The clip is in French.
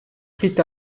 prit